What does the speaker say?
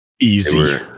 Easy